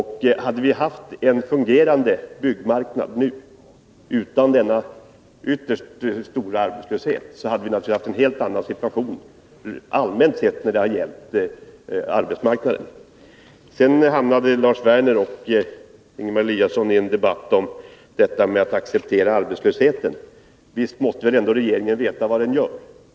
Hade vi haft en fungerande byggmarknad nu, utan denna ytterst stora arbetslöshet, hade vi naturligtvis haft en helt annan situation allmänt sett när det gäller arbetsmarknaden. Lars Werner och Ingemar Eliasson hamnade i en debatt om detta att acceptera arbetslösheten. Men visst måste väl regeringen veta vad den gör.